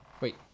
Wait